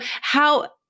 how-